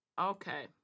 Okay